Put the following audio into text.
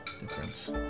difference